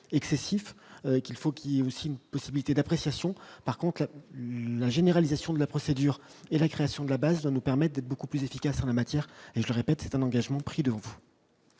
excessif, qu'il faut qu'il y a aussi une possibilité d'appréciation par contre la généralisation de la procédure et la création de la base de nous permettent d'être beaucoup plus efficace en la matière et je le répète, un engagement pris devant vous.